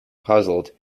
puzzled